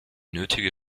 nötige